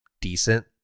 decent